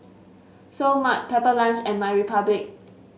Seoul Mart Pepper Lunch and MyRepublic